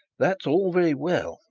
that's all very well,